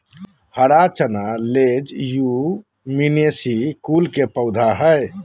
हरा चना लेज्युमिनेसी कुल के पौधा हई